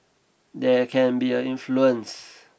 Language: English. there can be an influence